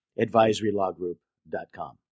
advisorylawgroup.com